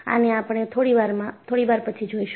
આને આપણે થોડી વાર પછી જોઈશું